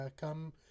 come